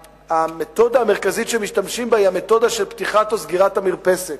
המתודה המרכזית שמשתמשים בה היא המתודה של פתיחת או סגירת המרפסת.